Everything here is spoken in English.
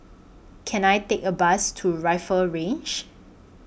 Can I Take A Bus to Rifle Range